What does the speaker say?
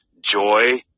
joy